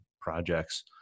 projects